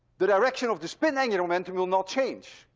the direction of the spin angular momentum will not change,